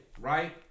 Right